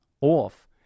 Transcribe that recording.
off